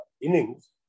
innings